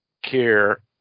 care